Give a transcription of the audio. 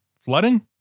flooding